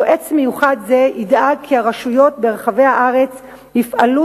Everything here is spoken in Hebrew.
יועץ מיוחד זה ידאג כי הרשויות ברחבי הארץ יפעלו